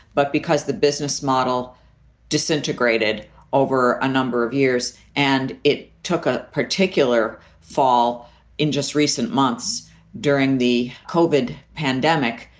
but because the business model disintegrated over a number of years and it took a particular fall in just recent months during the colvard pandemic,